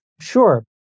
sure